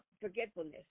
Forgetfulness